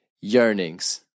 yearnings